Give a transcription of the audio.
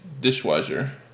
dishwasher